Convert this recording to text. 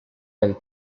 del